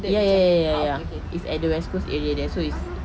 orh ya ya ya ya ya ya is at the west coast area there so is